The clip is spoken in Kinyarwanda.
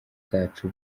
zacu